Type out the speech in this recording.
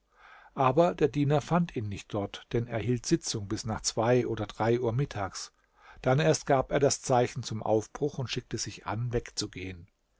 aber der diener fand ihn nicht dort denn er hielt sitzung bis nach zwei oder drei uhr mittags dann erst gab er das zeichen zum aufbruch und schickte sich an wegzugehen